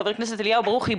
חה"כ אליהו ברוכי,